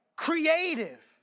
Creative